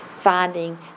finding